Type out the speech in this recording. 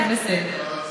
הכול בסדר.